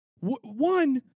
One